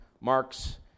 Mark's